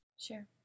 Sure